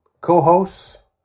co-hosts